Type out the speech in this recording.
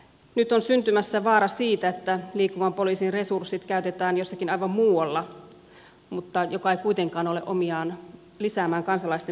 nyt on syntymässä vaara että liikkuvan poliisin resurssit käytetään jossakin aivan muualla mikä ei kuitenkaan ole omiaan lisäämään kansalaisten turvallisuutta